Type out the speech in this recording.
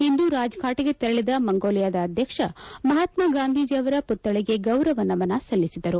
ಇಂದು ರಾಜಘಾಟ್ಗೆ ತೆರಳದ ಮಂಗೋಲಿಯಾದ ಅಧ್ಯಕ್ಷ ಮಹಾತ್ಗಾಗಾಂಧೀಯವರ ಮತ್ವಳಿಗೆ ಗೌರವ ನಮನ ಸಲ್ಲಿಸಿದರು